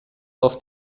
auf